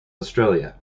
australia